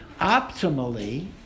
Optimally